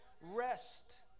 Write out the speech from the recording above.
rest